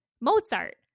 Mozart